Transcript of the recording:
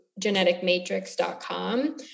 geneticmatrix.com